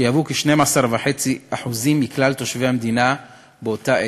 שיהוו כ-12.5% מכלל תושבי המדינה באותה העת.